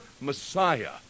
Messiah